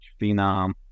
phenom